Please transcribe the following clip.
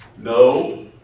No